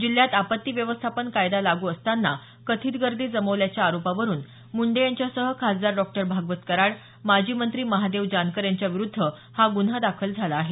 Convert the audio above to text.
जिल्ह्यात आपत्ती व्यवस्थापन कायदा लागू असताना कथित गर्दी जमवल्याच्या आरोपावरून मुंडे यांच्यासह खासदार डॉक्टर भागवत कराड माजी मंत्री महादेव जानकर यांच्याविरुद्ध हा गुन्हा दाखल झाला आहे